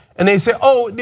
and they say, oh,